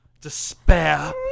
despair